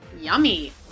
Yummy